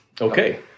Okay